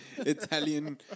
Italian